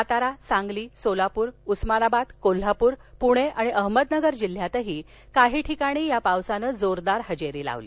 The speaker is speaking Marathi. सातारा सांगली सोलापूर उस्मानाबाद कोल्हापूर पुणे आणि नगर जिल्ह्यातही काही ठिकाणी या पावसानं जोरदार हजेरी लावली